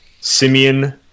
Simeon